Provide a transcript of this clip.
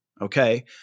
Okay